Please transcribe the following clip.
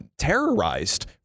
terrorized